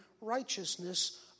righteousness